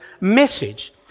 message